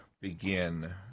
begin